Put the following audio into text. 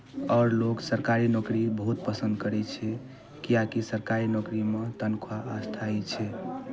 आओर लोक सरकारी नौकरी बहुत पसन्द करै छै किएकि सरकारी नौकरीमे तनख्वाह स्थाइ छै